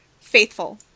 Faithful